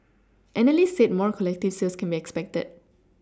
analysts said more collective sales can be expected